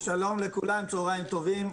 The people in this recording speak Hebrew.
שלום לכולם, צוהריים טובים.